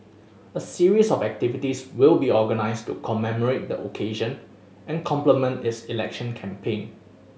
a series of activities will be organised to commemorate the occasion and complement its election campaign